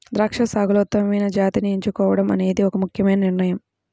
ద్రాక్ష సాగులో ఉత్తమమైన జాతిని ఎంచుకోవడం అనేది ఒక ముఖ్యమైన నిర్ణయం